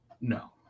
No